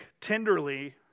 tenderly